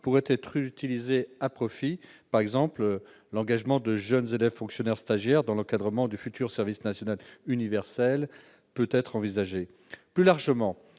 pourraient être utilisées à profit : l'engagement de jeunes élèves fonctionnaires stagiaires dans l'encadrement du futur service national universel pourrait, par exemple, être envisagé. Plus largement,